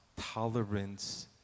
tolerance